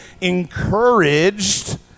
encouraged